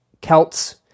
Celts